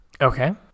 Okay